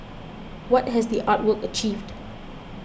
what has the art work achieved